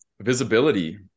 Visibility